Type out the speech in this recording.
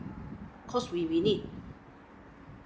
cause we we need